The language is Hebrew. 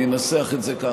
אני אנסח את זה ככה.